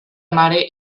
mare